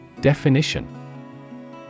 Definition